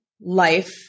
life